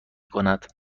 کند